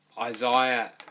Isaiah